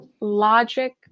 logic